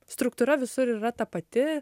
struktūra visur yra ta pati